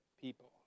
people